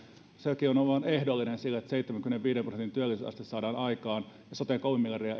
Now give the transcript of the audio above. on ehdollinen sille että seitsemänkymmenenviiden prosentin työllisyysaste saadaan aikaan ja soten kolme miljardia